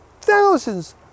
thousands